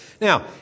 Now